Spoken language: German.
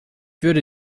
würde